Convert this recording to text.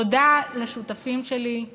תודה לשותפים שלי,